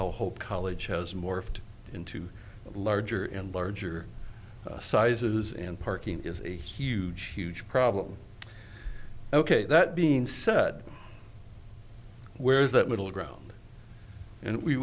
how hope college has morphed into larger and larger sizes and parking is a huge huge problem ok that being said where is that middle ground and we